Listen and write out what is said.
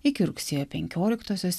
iki rugsėjo penkioliktosios